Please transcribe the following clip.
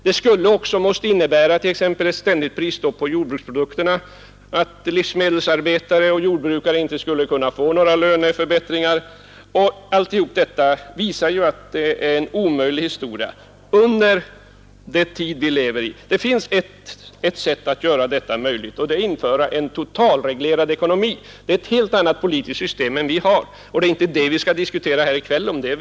Dels skulle ett ständigt prisstopp på jordbruksprodukterna medföra att livsmedelsarbetare och jordbrukare inte skulle få löneförbättringar. Allt detta visar att en ständig prisreglering är någonting omöjligt i den tid vi lever i. Det finns en annan möjlighet, nämligen att införa en totalreglerad ekonomi. Då får vi ett helt annat politiskt system än vi i dag har, men vi skall ju inte i kväll diskutera om det är vettigt eller ej.